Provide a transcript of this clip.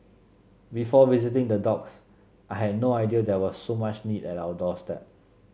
before visiting the I had no idea there was so much need at our doorstep